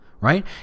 Right